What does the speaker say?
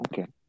okay